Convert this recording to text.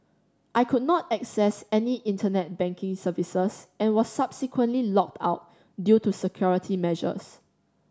I could not access any Internet banking services and was subsequently locked out due to security measures